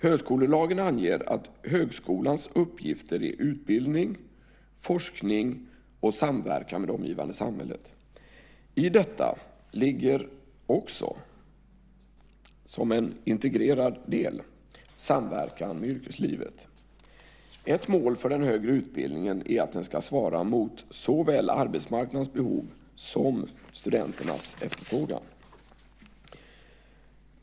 Högskolelagen anger att högskolans uppgifter är utbildning, forskning och samverkan med det omgivande samhället. I detta ligger också, som en integrerad del, samverkan med yrkeslivet. Ett mål för den högre utbildningen är att den ska svara mot såväl arbetsmarknadens behov som studenternas efterfrågan.